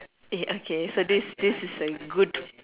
ya okay so this this is a good